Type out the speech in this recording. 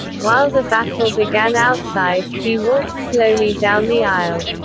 while the battle began outside, he walked slowly down the aisle.